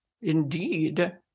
Indeed